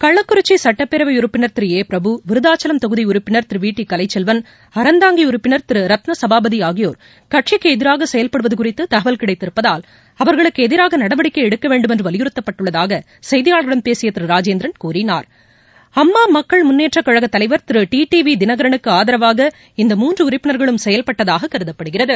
கள்ளக்குறிச்சி சுட்டப்பேரவை உறுப்பினர் திரு ஏ பிரபு விருதாச்சலம் தொகுதி உறுப்பினர் திரு வி டி கலைச்செல்வன் அறந்தாங்கி உறுப்பினர் திரு ரத்தினசபாபதி ஆகியோர் கட்சிக்கு எதிராக செயல்படுவது குறித்து தகவல் கிடைத்திருப்பதால் அவர்களுக்கு எதிராக நடவடிக்கை எடுக்க வேண்டும் என்று வலியுறுத்தப்பட்டுள்ளதாக செய்தியாளர்களிடம் பேசிய திரு ராஜேந்திரன் கூறினார் அம்மா மக்கள் முன்னேற்றக் கழகத் தலைவர் திரு டிடிவி தினகரனுக்கு ஆதரவாக இந்த மூன்று உறுப்பினர்களும் செயல்பட்டதாக கருதப்படுகிறது